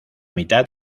mitad